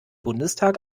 bundestag